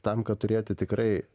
tam kad turėti tikrai